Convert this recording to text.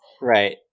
Right